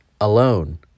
alone